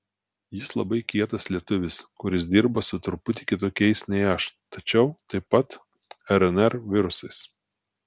jis labai kietas lietuvis kuris dirba su truputį kitokiais nei aš tačiau taip pat rnr virusais